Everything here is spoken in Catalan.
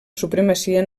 supremacia